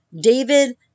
David